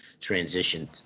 transitioned